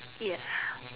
ya